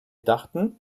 dachten